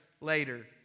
later